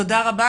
תודה רבה,